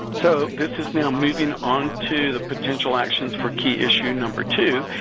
so, this is now moving on to the potential actions for key issue number two.